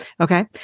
Okay